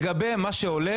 לגבי מה שעולה,